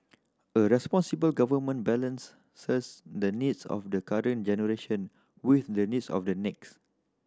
a responsible government balance the needs of the current generation with the needs of the next